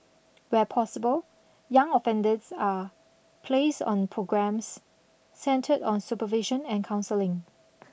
where possible young offenders are placed on programmes centred on supervision and counselling